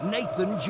Nathan